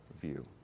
view